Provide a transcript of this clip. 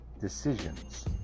decisions